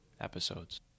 episodes